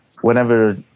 whenever